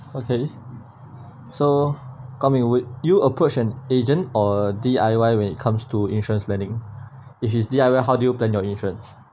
okay so guang ming would you approach an agent or D_I_Y when it comes to insurance planning if it's D_I_Y how do you plan your insurance